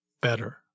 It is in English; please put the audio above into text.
better